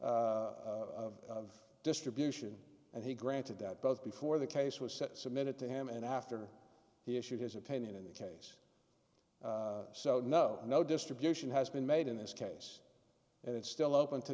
of distribution and he granted that both before the case was set submitted to him and after he issued his opinion in the case so no no distribution has been made in this case it's still open to